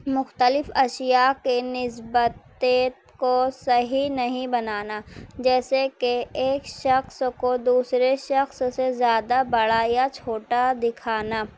مختلف اشیاء کے نسبت ٹیپ کو صحیح نہیں بنانا جیسے کہ ایک شخص کو دوسرے شخص سے زیادہ بڑا یا چھوٹا دکھانا